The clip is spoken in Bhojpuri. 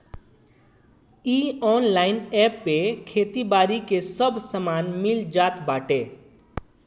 इ ऑनलाइन एप पे खेती बारी के सब सामान मिल जात बाटे